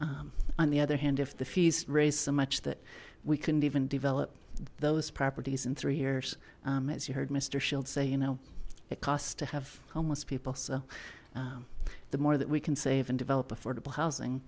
city on the other hand if the fees raise so much that we couldn't even develop those properties in three years as you heard mr shields say you know it costs to have homeless people so the more that we can save and develop affordable housing